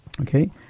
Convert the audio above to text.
Okay